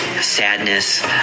sadness